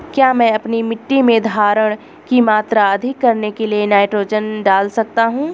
क्या मैं अपनी मिट्टी में धारण की मात्रा अधिक करने के लिए नाइट्रोजन डाल सकता हूँ?